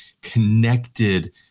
connected